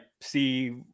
see